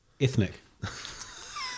Ethnic